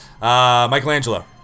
Michelangelo